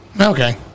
Okay